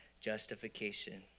justification